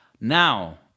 Now